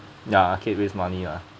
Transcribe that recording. ya arcade waste money lah